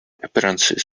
appearances